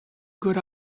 good